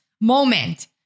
moment